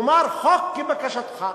כלומר, חוק כבקשתך.